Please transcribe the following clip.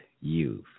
youth